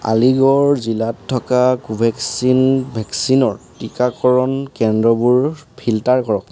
আলিগড় জিলাত থকা কোভেক্সিন ভেকচিনৰ টীকাকৰণ কেন্দ্ৰবোৰ ফিল্টাৰ কৰক